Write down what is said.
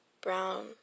Brown